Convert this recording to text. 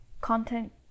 content